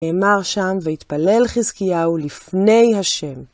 נאמר שם, ויתפלל חזקיהו לפני השם.